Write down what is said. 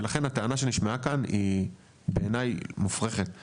ולכן, הטענה שנשמעה כאן, היא בעיני מופרכת.